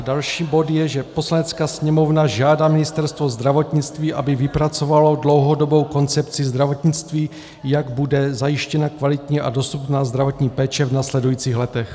Další bod je, že Poslanecká sněmovna žádá Ministerstvo zdravotnictví, aby vypracovalo dlouhodobou koncepci zdravotnictví, jak bude zajištěna kvalitní a dostupná zdravotní péče v následujících letech.